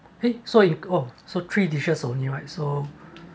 eh so it oh so three dishes only right so